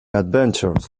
adventures